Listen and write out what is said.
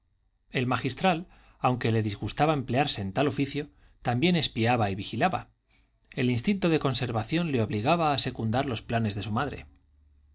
el magistral aunque le disgustaba emplearse en tal oficio también espiaba y vigilaba el instinto de conservación le obligaba a secundar los planes de su madre